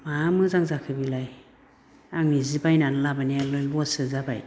मा मोजां जाखो बेलाय आंनि जि बायनानै लाबोनायानो लससो जाबाय